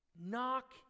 Knock